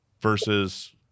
versus